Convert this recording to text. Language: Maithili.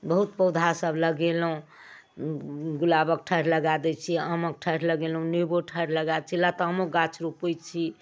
बहुत पौधासब लगेलहुँ गुलाबके ठाढ़ि लगा दै छिए आमके ठाढ़ि लगेलहुँ नेबो ठाढ़ि लगा दै छिए लतामोके गाछ रोपै छी